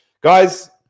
Guys